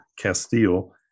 castile